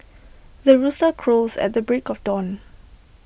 the rooster crows at the break of dawn